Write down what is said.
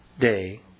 day